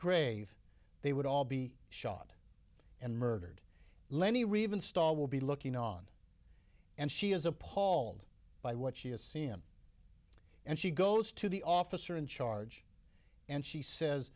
grave they would all be shot and murdered leonie reeve install will be looking on and she is appalled by what she has seen and she goes to the officer in charge and she says